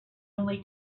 only